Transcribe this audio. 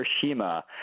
Hiroshima